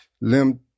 limb